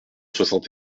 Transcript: soixante